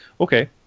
okay